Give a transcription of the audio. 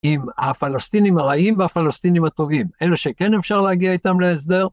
עם הפלסטינים הרעים והפלסטינים הטובים, אלו שכן אפשר להגיע איתם להסדר.